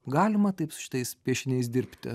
galima taip su šitais piešiniais dirbti